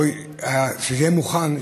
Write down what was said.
כדי שזה יהיה מוכן,